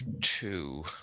two